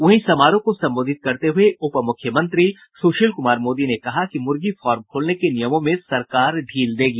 वहीं समारोह को संबोधित करते हुये उपमुख्यमंत्री सुशील कुमार मोदी ने कहा कि मुर्गी फॉर्म खोलने के नियमों में सरकार ढील देगी